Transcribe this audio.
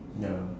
ya